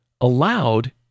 allowed